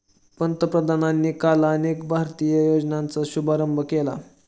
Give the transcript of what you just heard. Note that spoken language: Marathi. पंतप्रधानांनी काल अनेक भारतीय योजनांचा शुभारंभ केला